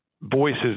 voices